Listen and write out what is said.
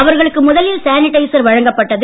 அவர்களுக்கு முதலில் சானிடைசர் வழங்கப்பட்டது